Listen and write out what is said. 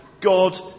God